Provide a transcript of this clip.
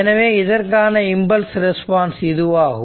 எனவே இதற்கான impulse response இதுவாகும்